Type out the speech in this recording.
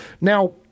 Now